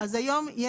היום,